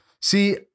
See